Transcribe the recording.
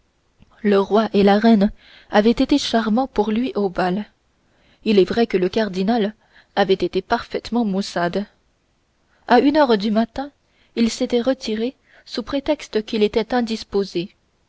le roi et la reine avaient été charmants pour lui au bal il est vrai que le cardinal avait été parfaitement maussade à une heure du matin il s'était retiré sous prétexte qu'il était indisposé